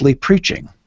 preaching